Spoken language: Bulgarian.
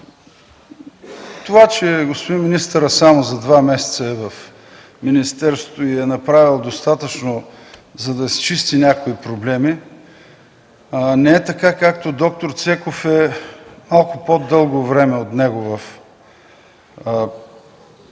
Това, че господин министърът само за два месеца в министерството е направил достатъчно, за да изчисти някои проблеми, не е така, както д-р Цеков, който е малко по-дълго време от него в системата.